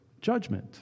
judgment